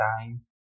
time